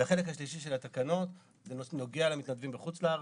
החלק השלישי של התקנות זה נוגע במתנדבים מחוץ לארץ.